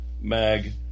mag